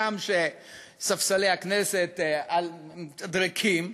הגם שספסלי הכנסת ריקים.